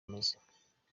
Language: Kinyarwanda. ameze